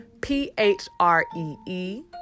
p-h-r-e-e